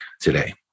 today